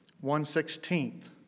One-sixteenth